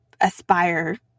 aspire